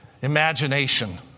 imagination